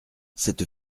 cette